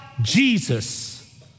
Jesus